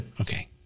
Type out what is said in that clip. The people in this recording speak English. Okay